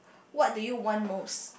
what do you want most